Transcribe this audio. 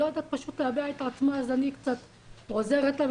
היא לא יודעת להביע את עצמה אז אני קצת עוזרת לה,